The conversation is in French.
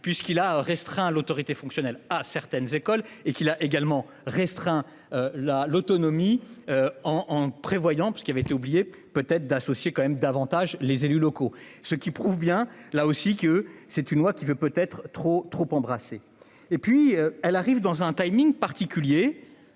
puisqu'il a restreint l'autorité fonctionnelle à certaines écoles et qu'il a également restreint. La l'autonomie. En en prévoyant parce qu'il avait été oublié peut-être d'associer quand même davantage les élus locaux, ce qui prouve bien là aussi que c'est une loi qui veut peut être trop trop embrasser et puis elle arrive dans un timing particulier.